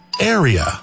area